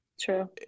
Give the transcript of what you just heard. true